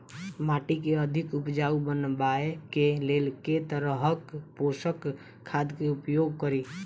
माटि केँ अधिक उपजाउ बनाबय केँ लेल केँ तरहक पोसक खाद केँ उपयोग करि?